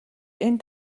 энэ